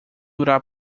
durar